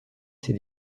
ses